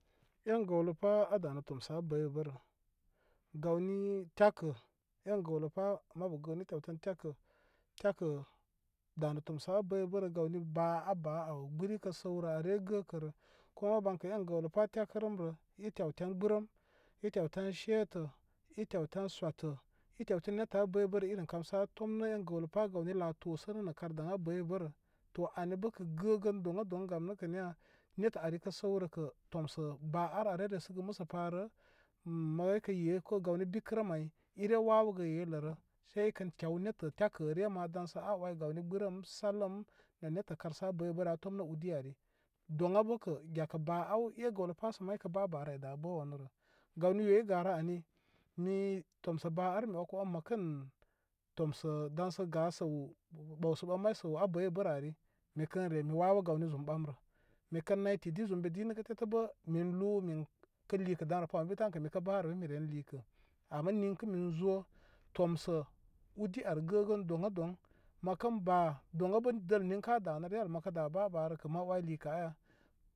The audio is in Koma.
En gəwləpa a daŋa tomsə a bəybərə gawni takə en gəwlə pa mabu gənu i tew ten tekə tekə da nə tomsə a bəybərə gawai ba a ba aw gbiri kə səwrə are gəkərə. Kuma baŋkə en gəwləpa tekərəmrə i tew ten gbirəm i tew ten shentə i tew tan zotə i tew tun nettə a bəybərə i rin kamsə a tomnə en gəwləpa gawni la tomsə nə nə kan a bəybərə to anibə kə gəgən doŋ a doŋ gam nəkə niya nettə arikə səwrəkə tomsə ba ar are resəgə mosə parə, i ren wawəgə yelərə sal ikən tew nettə tekərə ma daŋsə a oy gawni gbirəm sewləm nə nettə kan a baƴbərə a tomnə udi ani doŋ a bəkə gekə ba awe gəwləpa sə may kə ba barə ay da bə wanurə gawni yo i garə ayi ni tomsə ba ar mi wəkə on məkən tomsə daŋsə ga səw ɓaw sə ɓan may səw a bəybərə ali mikən re mi wayə gawni zum ɓamrə mikən nay tidi zum mi di nəgə tətəbə min lu min kə likə damrə pa ambi tankə mikə barə bə mi ren likə ama niŋkə min zo tomsə udi ar gə gən doŋ a doŋ məkən ba doŋ a bə dəl ninkə a danə re al məka da ba barə kə ma oy likə aya.